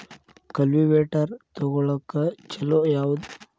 Cultivator ತೊಗೊಳಕ್ಕ ಛಲೋ ಯಾವದ?